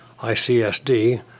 ICSD